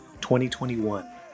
2021